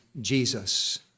Jesus